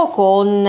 con